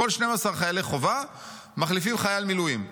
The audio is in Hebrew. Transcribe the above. כל 12 חיילי חובה מחליפים חייל מילואים.